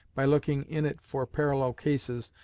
by looking in it for parallel cases,